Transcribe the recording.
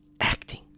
acting